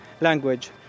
language